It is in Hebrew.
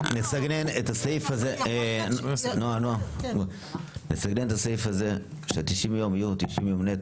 נסגנן את הסעיף הזה שה-90 יום יהיו 90 יום נטו